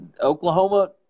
Oklahoma